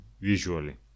visually